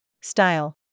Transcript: Style